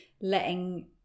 letting